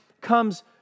comes